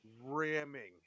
ramming